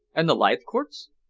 and the leithcourts?